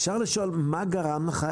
אפשר לשאול מה גרם לך,